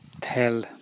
tell